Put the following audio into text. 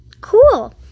Cool